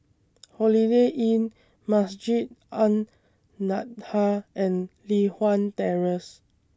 Holiday Inn Masjid An Nahdhah and Li Hwan Terrace